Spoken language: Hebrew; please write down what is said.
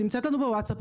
היא נמצאת אצלנו בווטסאפ,